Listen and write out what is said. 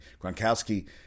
Gronkowski